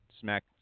Smack